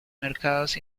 mercados